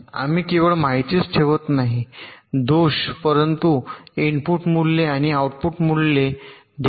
आम्ही केवळ माहितीच ठेवत नाही दोष परंतु इनपुट मूल्ये आणि आउटपुट मूल्य देखील